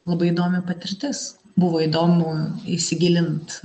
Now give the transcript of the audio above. labai įdomi patirtis buvo įdomu įsigilint